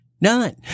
none